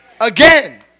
Again